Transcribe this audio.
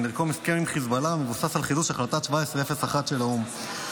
לרקום הסכם עם חיזבאללה המבוסס על חידוש החלטת 1701 של האו"ם.